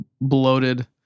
bloated